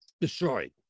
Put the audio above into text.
destroyed